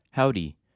Howdy